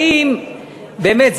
באמת,